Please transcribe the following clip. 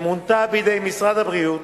שמונתה בידי משרד הבריאות.